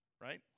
Right